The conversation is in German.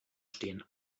stehen